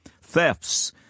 thefts